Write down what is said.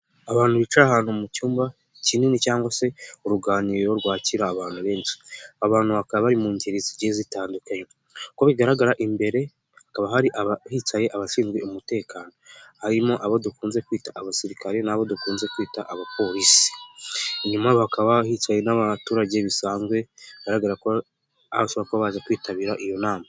abantu bicaye ahantu mu cyumba kinini cyangwa se uruganiriro rwakira abantu benshi, abantu bakaba bari mu ngeri zigiye zitandukanye, uko bigaragara imbere hakaba hicaye abashinzwe umutekano, harimo abo dukunze kwita abasirikare n'abo dukunze kwita abapolisi, inyuma yabo hakaba hicaye n'abaturage bisanzwe bigaragara ko bashobora kuba baje kwitabira iyo nama.